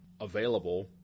available